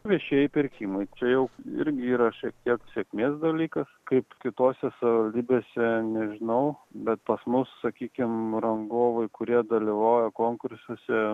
viešieji pirkimai čia jau irgi yra šiek tiek sėkmės dalykas kaip kitose savivaldybėse nežinau bet pas mus sakykim rangovai kurie dalyvauja konkursuose